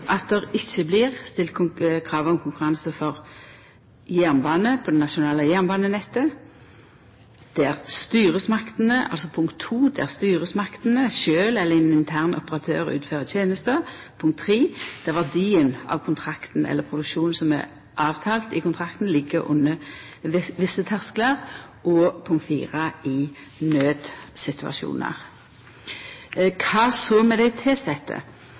at det ikkje blir stilt krav om konkurranse når det gjeld for det fyrste jernbane på det nasjonale jernbanenettet, for det andre der styresmaktene sjølve eller ein intern operatør utfører tenesta, for det tredje der verdien av kontrakten eller produksjonen som er avtala i kontrakten, ligg under visse tersklar og for det fjerde i naudsituasjonar. Kva så med dei tilsette?